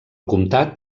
comtat